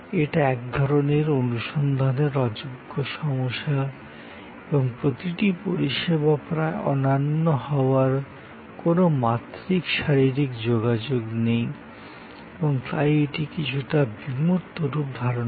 এটা এক ধরণের অনুসন্ধানের অযোগ্য সমস্যা এবং প্রতিটি পরিষেবা প্রায় অনন্য হওয়ায় কোনও মাত্রিক শারীরিক যোগাযোগ নেই এবং তাই এটি কিছুটা বিমূর্ত রূপ ধারণ করে